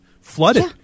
flooded